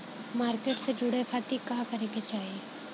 Market से जुड़े खाती का करे के चाही?